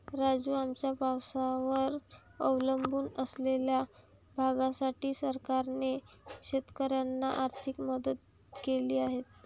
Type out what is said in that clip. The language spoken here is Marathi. राजू, आमच्या पावसावर अवलंबून असलेल्या भागासाठी सरकारने शेतकऱ्यांना आर्थिक मदत केली आहे